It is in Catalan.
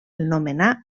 nomenà